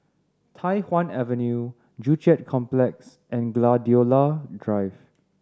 Tai Hwan Avenue Joo Chiat Complex and Gladiola Drive